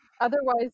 otherwise